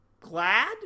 glad